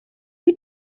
who